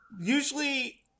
usually